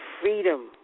freedom